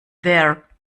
there